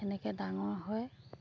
সেনেকে ডাঙৰ হয়